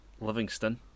Livingston